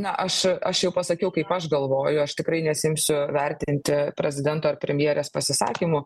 na aš aš jau pasakiau kaip aš galvoju aš tikrai nesiimsiu vertinti prezidento ar premjerės pasisakymų